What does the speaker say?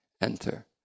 enter